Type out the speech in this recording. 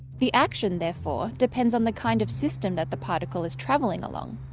the action therefore depends on the kind of system that the particle is traveling along.